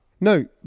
No